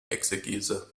exegese